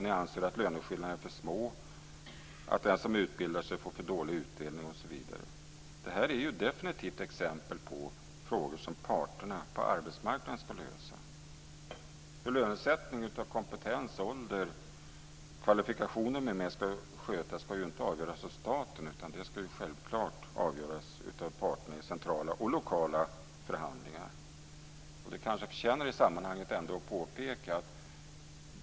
Ni anser att löneskillnaderna är för små, att den som utbildar sig får för dålig utdelning osv. Det är definitivt exempel på frågor som parterna på arbetsmarknaden ska lösa. Hur lönesättning av kompetens, ålder, kvalifikationer m.m. ska skötas ska ju inte avgöras av staten. Det ska självklart avgöras av parterna i centrala och lokala förhandlingar. Det kanske förtjänar att påpekas i sammanhanget.